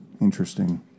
interesting